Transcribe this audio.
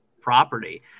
property